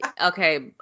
okay